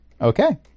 Okay